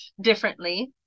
differently